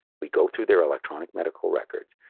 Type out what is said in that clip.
we go through their electronic medical records.